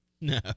No